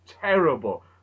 terrible